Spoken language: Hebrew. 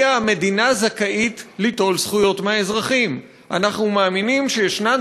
שהמדינה זכאית ליטול זכויות מאזרחים: "אנחנו מאמינים שישנן